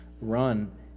run